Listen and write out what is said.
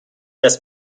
das